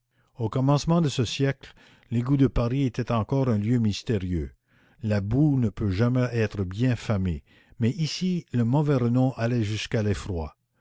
au commencement de ce siècle l'égout de paris était encore un lieu mystérieux la boue ne peut jamais être bien famée mais ici le mauvais renom allait jusqu'à l'effroi